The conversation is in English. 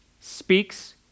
speaks